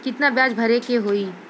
कितना ब्याज भरे के होई?